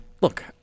Look